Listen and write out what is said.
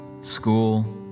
school